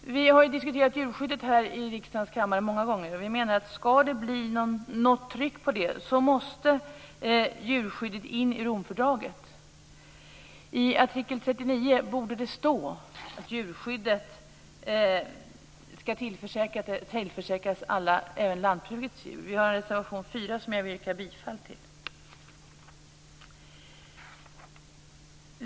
Vi har diskuterat djurskyddet här i riksdagens kammare många gånger. Vi menar att om det skall bli något tryck på det måste djurskyddet föras in i Romfördraget. I artikel 39 borde det stå att djurskyddet skall tillförsäkras alla, även lantbrukets djur. Vi har där reservation 4, som jag yrkar bifall till.